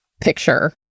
picture